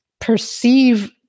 perceive